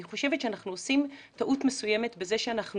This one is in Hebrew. אני חושבת שאנחנו עושים טעות מסוימת בזה שאנחנו